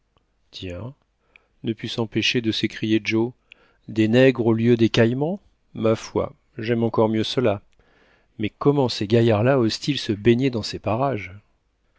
tiens ne put s'empêcher de sécrier joe des nègres au lieu de caïmans ma foi j'aime encore mieux cela mais comment ces gaillards-là osent-ils se baigner dans ces parages